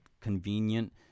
convenient